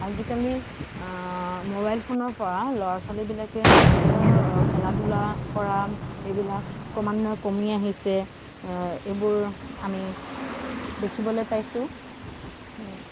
আজিকালি মোবাইল ফোনৰ পৰা ল'ৰা ছোৱালীবিলাকে খেলা ধূলা কৰা এইবিলাক ক্ৰমান্বয়ে কমি আহিছে এইবোৰ আমি দেখিবলৈ পাইছোঁ